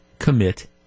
commit